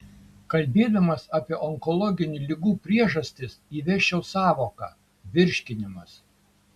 kalbėdamas apie onkologinių ligų priežastis įvesčiau sąvoką virškinimas